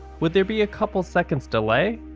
would there be a couple seconds delay?